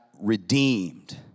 redeemed